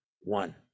one